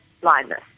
blindness